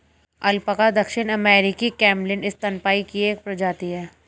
alpaca दक्षिण अमेरिकी camelid स्तनपायी की एक प्रजाति है